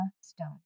Stone